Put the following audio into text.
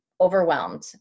overwhelmed